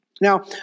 Now